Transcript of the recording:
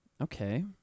Okay